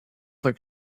like